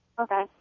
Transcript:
Okay